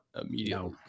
immediately